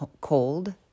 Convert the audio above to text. cold